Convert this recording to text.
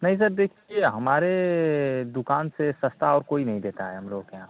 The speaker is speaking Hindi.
नहीं सर देखिए हमारे दुकान से सस्ता और कोई नहीं देता है हम लोग के यहाँ